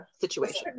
situation